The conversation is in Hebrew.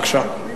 בבקשה.